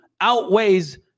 outweighs